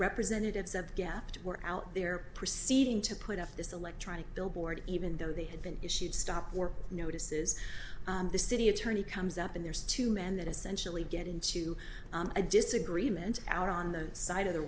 representatives of the gapped were out there proceeding to put up this electronic billboard even though they had been issued stop or notices the city attorney comes up and there's two men that essentially get into a disagreement out on the side of the